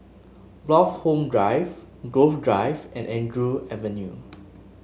Bloxhome Drive Grove Drive and Andrew Avenue